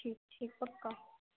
ٹھیک ٹھیک پکا